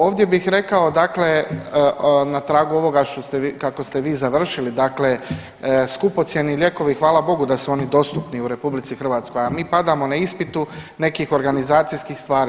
Ovdje bih rekao dakle na tragu ovoga kako ste vi završili dakle skupocjeni lijekovi hvala Bogu da su oni dostupni u RH, a mi padamo na ispitu nekih organizacijskih stvari.